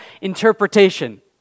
interpretation